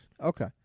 Okay